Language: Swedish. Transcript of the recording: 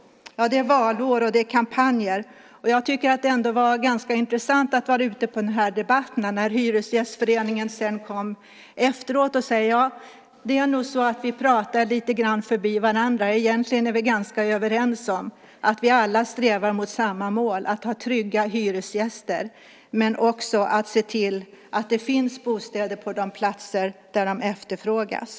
Det är valår, och det är kampanjer. Jag tycker att det var ganska intressant att vara ute på debatter. Hyresgästföreningen kom efteråt och sade: Ja, det är nog så att vi lite grann pratar förbi varandra. Egentligen är vi ganska överens om att vi alla strävar mot samma mål, att ha trygga hyresgäster men också att se till att det finns bostäder på de platser där de efterfrågas.